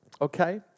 Okay